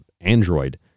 Android